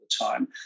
time